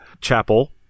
chapel